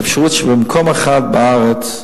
שבמקום אחד בארץ,